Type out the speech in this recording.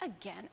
Again